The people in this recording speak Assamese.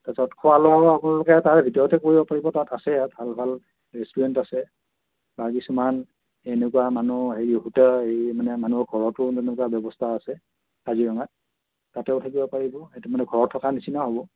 তাৰপিছত খোৱা লোৱাও আপোনালোকে তাৰে ভিতৰতে কৰিব পাৰিব তাত আছে ইয়াত ভাল ভাল ৰেষ্টোৰেণ্ট আছে বা কিছুমান এনেকুৱা মানুহ হেৰি হোটেল হেৰি মানে মানুহৰ ঘৰটো এনেকুৱা ব্যৱস্থা আছে কাজিৰঙাত তাতেও থাকিব পাৰিব এইটো মানে ঘৰত থকা নিচিনা হ'ব